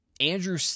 Andrew